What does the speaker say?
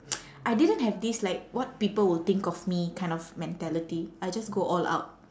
I didn't have this like what people will think of me kind of mentality I just go all out